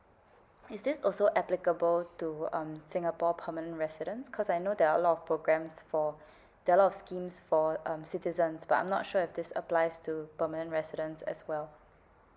is this also applicable to um singapore permanent residents cause I know there are a lot of programmes for there are a lot of schemes for um citizens but I'm not sure if this applies to permanent residents as well